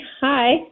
Hi